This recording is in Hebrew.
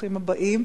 ברוכים הבאים.